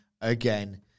again